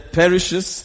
perishes